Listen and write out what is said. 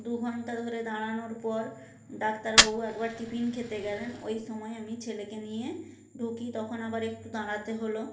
দু ঘন্টা ধরে দাঁড়ানোর পর ডাক্তারবাবু একবার টিফিন খেতে গেলেন ওই সময় আমি ছেলেকে নিয়ে ঢুকি তখন আবার একটু দাঁড়াতে হলো